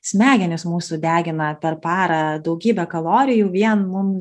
smegenys mūsų degina per parą daugybę kalorijų vien mum